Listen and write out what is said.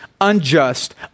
unjust